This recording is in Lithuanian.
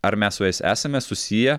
ar mes su jais esame susiję